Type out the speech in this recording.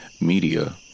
Media